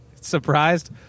surprised